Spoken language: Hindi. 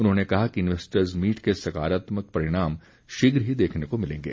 उन्होंने कहा कि इन्वैस्टर्स मीट के सकारात्मक परिणाम शीघ्र ही देखने को मिलेंगे